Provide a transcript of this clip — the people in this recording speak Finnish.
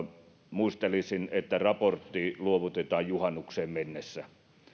muistelisin että raportti luovutetaan juhannukseen mennessä